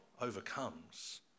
overcomes